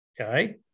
Okay